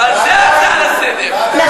ועל זה ההצעה לסדר-היום,